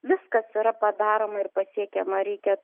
viskas yra padaroma ir pasiekiama reikia